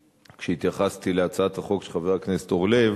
כשהתייחסתי להצעת החוק של חבר הכנסת אורלב,